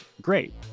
great